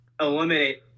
eliminate